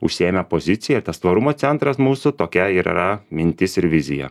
užsiėmę poziciją tas tvarumo centras mūsų tokia ir yra mintis ir vizija